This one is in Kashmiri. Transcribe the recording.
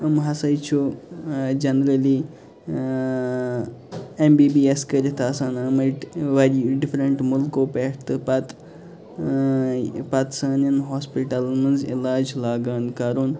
یِم ہسا چھُ ٲں جَنرَلی ٲں ایٚم بی بی ایٚس کٔرِتھ آسان آمٕتۍ وارٕ ڈِفریٚنٹہٕ مُلکو پٮ۪ٹھ تہٕ پتہٕ اۭں پَتہٕ سانٮ۪ن ہاسپِٹَلَن منٛز علاج لاگان کَرُن